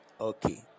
Okay